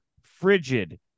frigid